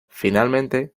finalmente